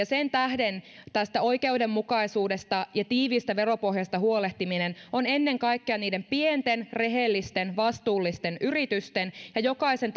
sen tähden tästä oikeudenmukaisuudesta ja tiiviistä veropohjasta huolehtiminen on ennen kaikkea niiden pienten rehellisten vastuullisten yritysten ja jokaisen